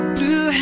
Blue